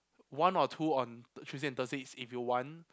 one or two on Tuesdays and Thursdays if you want